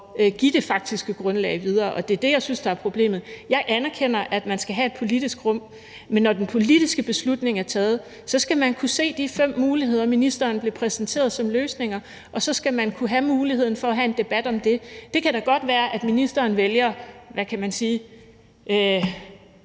give det faktiske grundlag videre, og det er det, jeg synes er problemet. Jeg anerkender, at man skal have et politisk rum, men når den politiske beslutning er taget, skal man kunne se de fem muligheder, ministeren blev præsenteret for som løsninger, og så skal man kunne have muligheden for at have en debat om det. Det kan da godt være, at ministeren vælger, hvad kan man sige, en